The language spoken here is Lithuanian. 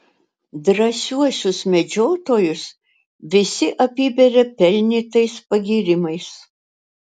drąsiuosius medžiotojus visi apiberia pelnytais pagyrimais